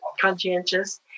conscientious